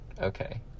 Okay